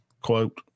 quote